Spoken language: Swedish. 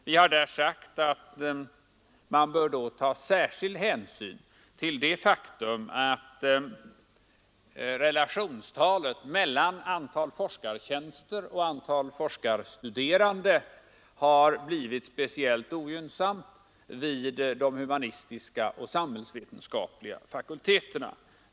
Vi har sagt att man bör ta särskild hänsyn till det faktum att relationstalet mellan antal forskartjänster och antal forskar studerande har blivit speciellt ogynnsamt vid de humanistiska och samhällsvetenskapliga fakulteterna.